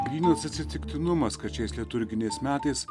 grynas atsitiktinumas kad šiais liturginiais metais